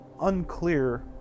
unclear